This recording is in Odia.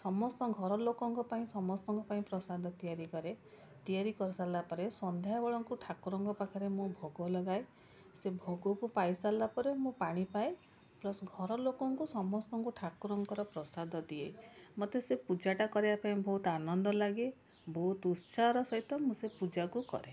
ସମସ୍ତ ଘରଲୋକଙ୍କ ସମସ୍ତଙ୍କ ପାଇଁ ପ୍ରସାଦ ତିଆରି କରେ ତିଆରି କରିସାରିଲାପରେ ସନ୍ଧ୍ୟାବେଳକୁ ମୁଁ ଠାକୁରଙ୍କ ପାଖରେ ଭୋଗ ଲଗାଏ ସେ ଭୋଗକୁ ପାଇସାରିଲା ପରେ ମୁଁ ପାଣି ପାଏ ପ୍ଲସ ଘର ଲୋକଙ୍କୁ ସମସ୍ତଙ୍କୁ ଠାକୁରଙ୍କର ପ୍ରସାଦ ଦିଏ ମୋତେ ସେ ପୂଜାଟା କରିବା ପାଇଁ ବହୁତ ଆନନ୍ଦ ଲାଗେ ବହୁତ ଉତ୍ସାହର ସହିତ ମୁଁ ସେ ପୂଜାକୁ କରେ